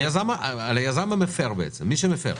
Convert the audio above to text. על היזם המפר, על מי שמפר.